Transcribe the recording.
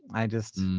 i just,